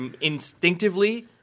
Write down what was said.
instinctively